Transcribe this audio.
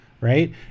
right